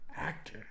actor